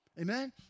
Amen